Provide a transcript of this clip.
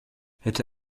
hätte